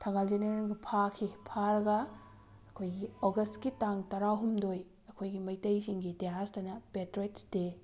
ꯊꯪꯒꯥꯜ ꯖꯦꯅꯔꯦꯜꯒ ꯐꯥꯈꯤ ꯐꯥꯔꯒ ꯑꯩꯈꯣꯏꯒꯤ ꯑꯣꯒꯁꯀꯤ ꯇꯥꯡ ꯇꯔꯥꯍꯨꯗꯣꯏ ꯑꯩꯈꯣꯏꯒꯤ ꯃꯩꯇꯩꯁꯤꯡꯒꯤ ꯏꯇꯤꯍꯥꯁꯇꯅ ꯄꯦꯇ꯭ꯔꯣꯏꯠꯁ ꯗꯦ